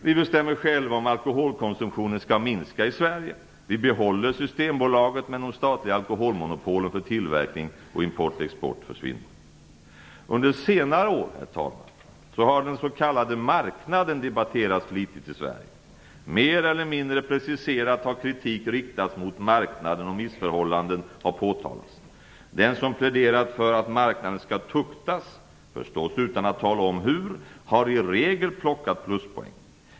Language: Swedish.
Vi bestämmer själva om alkoholkonsumtionen skall minska i Sverige. Vi behåller Systembolaget, men de statliga alkoholmonopolen för tillverkning och import/export försvinner. Under senare år har den s.k. marknaden debatterats flitigt i Sverige. Mer eller mindre preciserat har kritik riktats mot marknaden och missförhållanden har påtalats. Den som pläderat för att marknaden skall tuktas - förstås utan att tala om hur - har i regel plockat pluspoäng.